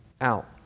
out